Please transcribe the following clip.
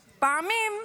שפעמים,